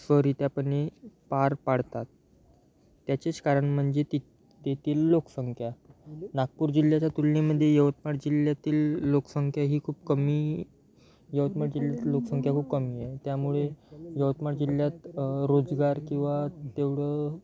स्वरीत्यापणे पार पाडतात त्याचेच कारण म्हणजे तिथं तेथील लोकसंख्या नागपूर जिल्ह्याच्या तुलनेमध्ये यवतमाळ जिल्ह्यातील लोकसंख्या ही खूप कमी यवतमाळ जिल्ह्यात लोकसंख्या खूप कमी आहे त्यामुळे यवतमाळ जिल्ह्यात रोजगार किंवा तेवढं